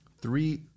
three